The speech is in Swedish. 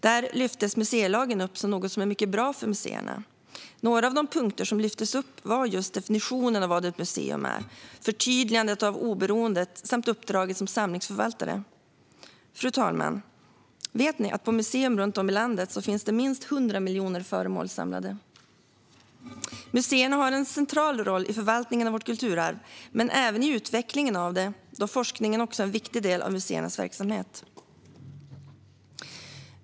Där lyftes museilagen fram som något som är mycket bra för museerna. Några av de punkter som lyftes fram var just definitionen av vad ett museum är, förtydligandet av oberoendet samt uppdraget som samlingsförvaltare. Fru talman! Vet ni att det på museer runt om i landet finns minst 100 miljoner föremål samlade? Museerna har en central roll i förvaltningen av vårt kulturarv, men även i utvecklingen av det då forskningen också är en viktig del av museernas verksamhet.